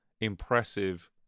impressive